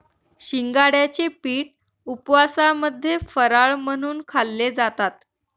शिंगाड्याचे पीठ उपवासामध्ये फराळ म्हणून खाल्ले जातात